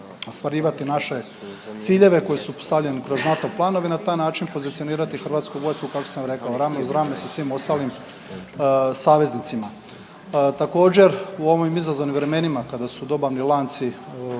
ostvarivati naše ciljeve koji su stavljeni kroz NATO planove i na taj način pozicionirati HV kako što sam rekao, rame uz rame sa svim ostalim saveznicima. Također u ovim izazovnim vremenima kada su dobavni lanci